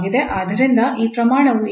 ಆದ್ದರಿಂದ ಈ ಪ್ರಮಾಣವು ಈಗ ಧನಾತ್ಮಕವಾಗಿದೆ